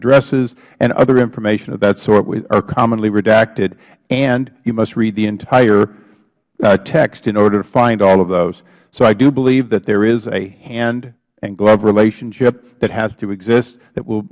addresses and other information of that sort are commonly redacted and you must read the entire text in order to find all of those so i do believe that there is a hand and glove relationship that has to exist that will